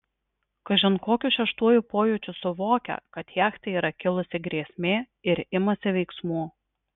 kažin kokiu šeštuoju pojūčiu suvokia kad jachtai yra kilusi grėsmė ir imasi veiksmų